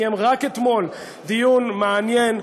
קיים רק אתמול דיון מעניין,